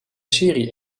serie